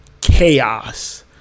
chaos